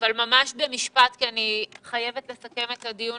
אבל ממש במשפט כי אני חייבת לסכם את הדיון.